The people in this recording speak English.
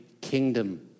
kingdom